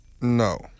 No